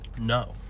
no